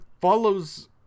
follows